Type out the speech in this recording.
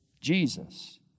Jesus